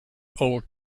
old